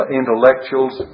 Intellectuals